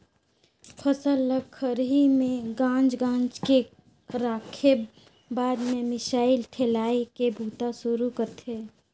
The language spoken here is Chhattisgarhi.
फसल ल खरही में गांज गांज के राखेब बाद में मिसाई ठेलाई के बूता सुरू करथे